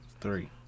Three